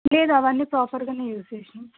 లేదు అవన్నీ ప్రోపర్గా యూస్ చేసినాం